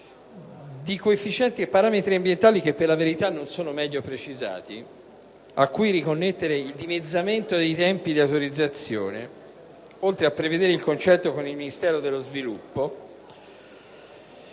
di coefficienti e parametri ambientali - che, per la verità, non sono meglio precisati - cui riconnettere il dimezzamento dei tempi per l'autorizzazione, oltre a prevedere il concerto con il Ministero dello sviluppo